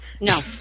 No